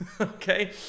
okay